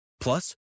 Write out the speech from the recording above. Plus